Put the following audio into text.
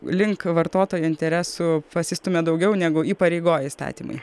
link vartotojo interesų pasistumia daugiau negu įpareigoja įstatymai